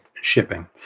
shipping